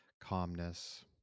calmness